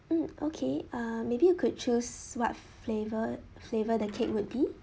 mm okay uh maybe you could choose what flavour flavour the cake would be